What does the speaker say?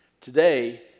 Today